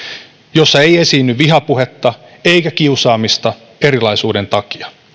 jossa ei esiinny vihapuhetta eikä kiusaamista erilaisuuden takia